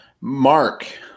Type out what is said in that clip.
Mark